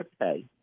pay